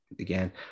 again